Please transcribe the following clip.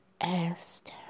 asked